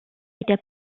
der